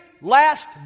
last